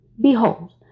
Behold